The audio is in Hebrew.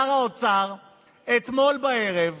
ששר האוצר אתמול בערב